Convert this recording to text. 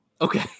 okay